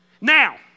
now